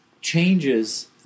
changes